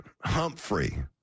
Humphrey